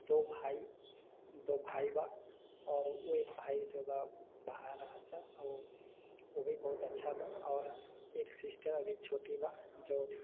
दो भाय दो भाय बा आओर ओइ भाय जो बा बाहर रहऽ ता ओ भी बहुत अच्छा बा आओर एक सिस्टर अभी छोटी बा जो